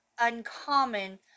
uncommon